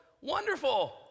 wonderful